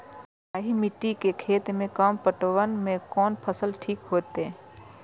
बलवाही मिट्टी के खेत में कम पटवन में कोन फसल ठीक होते?